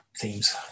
themes